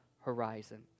horizon